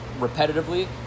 repetitively